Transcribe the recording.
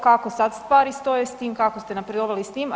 Kako sad stvari stoje s tim, kako ste napredovali s tim?